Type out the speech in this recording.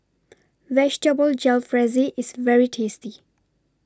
Vegetable Jalfrezi IS very tasty